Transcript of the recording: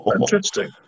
Interesting